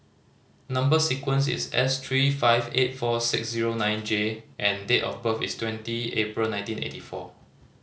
number sequence is S three five eight four six zero nine J and date of birth is twenty April nineteen eighty four